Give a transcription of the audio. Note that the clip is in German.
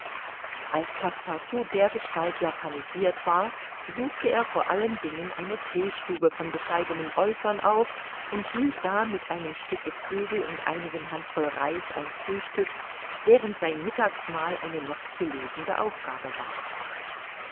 als passepartout dergestalt japanisirt war suchte er vor allen dingen eine theestube von bescheidenem aeußern auf und hielt da mit einem stück geflügel und einigen handvoll reis ein frühstück während sein mittagsmahl eine noch zu lösende aufgabe war